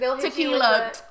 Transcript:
Tequila